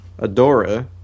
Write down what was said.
Adora